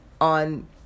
on